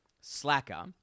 slacker